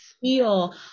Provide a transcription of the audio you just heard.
feel